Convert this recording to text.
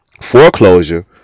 foreclosure